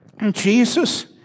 Jesus